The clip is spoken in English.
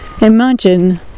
imagine